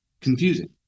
confusing